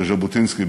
של ז'בוטינסקי ב-1940.